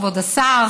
כבוד השר,